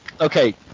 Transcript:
Okay